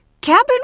Cabin